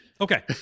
Okay